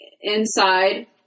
Inside